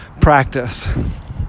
practice